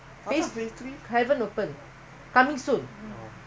phase two open இப்பதாஆரம்பிச்சிருக்காங்கவீடுவிக்கிறதுக்கு:ippatha aarambichirukkanka veedu vikkirathuku